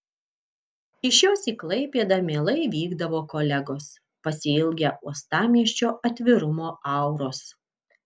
iš jos į klaipėdą mielai vykdavo kolegos pasiilgę uostamiesčio atvirumo auros